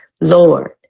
Lord